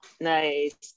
Nice